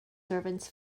servants